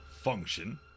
Function